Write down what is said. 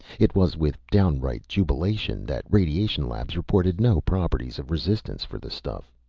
it was with downright jubilation that radiation labs reported no properties of resistance for the stuff.